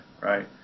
right